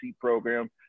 program